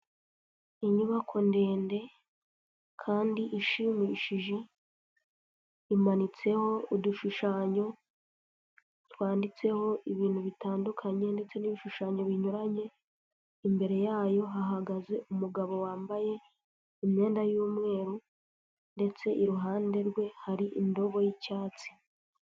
Inyubako ndende kandi ishimishije imanitseho udushushanyo twanditseho ibintu bitandukanye ndetse n'ibishushanyo binyuranye, imbere yayo hahagaze umugabo wambaye imyenda y'umweru ndetse iruhande rwe hari indobo y'icyatsi.